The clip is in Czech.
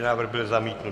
Návrh byl zamítnut.